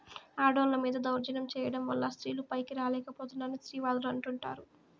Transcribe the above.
ఆడోళ్ళ మీద దౌర్జన్యం చేయడం వల్ల స్త్రీలు పైకి రాలేక పోతున్నారని స్త్రీవాదులు అంటుంటారు